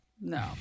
no